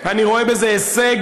אני רואה בזה הישג,